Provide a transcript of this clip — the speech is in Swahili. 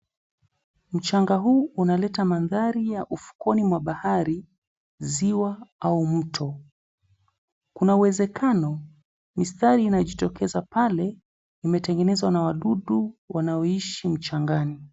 Mchanga huu unaleta mandhari ufukoni mwa bahari, ziwa ama mto. Kuna uwezekano mistari inajitokeza pale imetengezwa na wadudu wanaoishi mchangani.